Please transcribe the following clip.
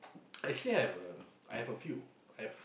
actually I've a I have a few I've